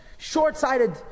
Short-sighted